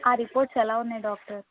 ఆ రిపోర్ట్స్ ఎలా ఉన్నాయి డాక్టర్